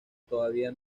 todavía